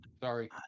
Sorry